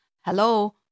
hello